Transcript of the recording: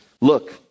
Look